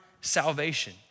salvation